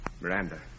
Miranda